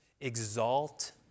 exalt